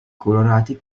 colorati